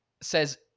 says